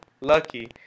lucky